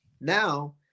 now